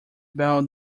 bell